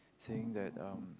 saying that um